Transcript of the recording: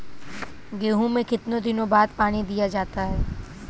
गेहूँ में कितने दिनों बाद पानी दिया जाता है?